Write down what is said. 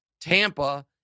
Tampa